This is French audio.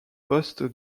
poste